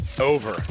over